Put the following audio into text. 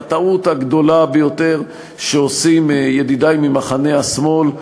הטעות הגדולה ביותר שעושים ידידי ממחנה השמאל,